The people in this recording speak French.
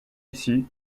ici